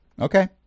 Okay